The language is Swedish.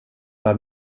bar